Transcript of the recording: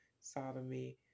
sodomy